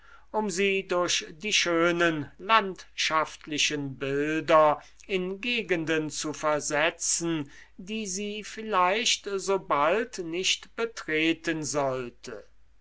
um sie durch die schönen landschaftlichen bilder in gegenden zu versetzen die sie vielleicht so bald nicht betreten sollte